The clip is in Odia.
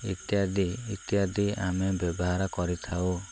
ଇତ୍ୟାଦି ଇତ୍ୟାଦି ଆମେ ବ୍ୟବହାର କରିଥାଉ